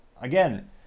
Again